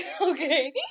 Okay